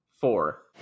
Four